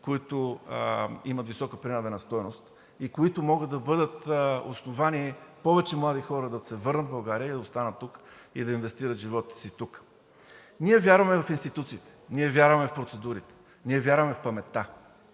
които имат висока принадена стойност и които могат да бъдат основание повече млади хора да се върнат в България, да останат и да инвестират в живота си тук. Ние вярваме в институциите, ние вярваме в процедурите, ние вярваме в паметта!